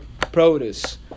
produce